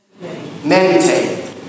Meditate